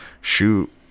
shoot